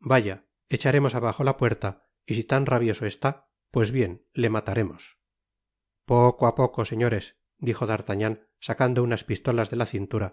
vaya echaremos abajo la puerta y si tan rabioso esta pues bien le mataremos poco á poco señores dijo d'artagnan sacando unas pistolas de la cintura